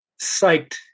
psyched